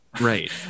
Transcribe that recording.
Right